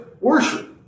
worship